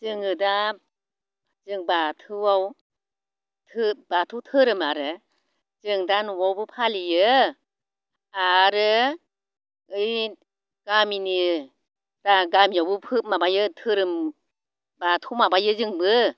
जोङो दा जों बाथौआव बाथौ धोरोम आरो जों दा न'आवबो फालियो आरो ओइ गामिनि गामियावबो माबायो धोरोम बाथौ माबायो जोंबो